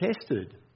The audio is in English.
tested